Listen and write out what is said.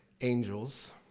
angels